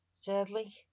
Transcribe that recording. Sadly